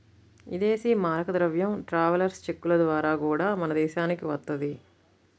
ఇదేశీ మారక ద్రవ్యం ట్రావెలర్స్ చెక్కుల ద్వారా గూడా మన దేశానికి వత్తది